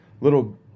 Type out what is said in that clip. little